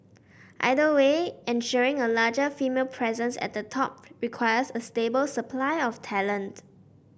either way ensuring a larger female presence at the top requires a stable supply of talent